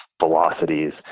velocities